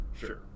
sure